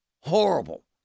Horrible